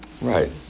Right